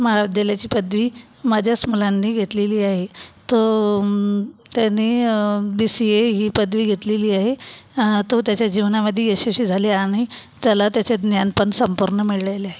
महाविद्यालयाची पदवी माझ्याच मुलांनी घेतलेली आहे त त्यांनी बी सी ए ही पदवी घेतलेली आहे तो त्याच्या जीवनामध्ये यशस्वी झाले आणि त्याला त्याच्या ज्ञान पण संपूर्ण मिळालेले आहे